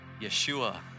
Yeshua